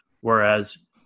Whereas